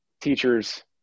teachers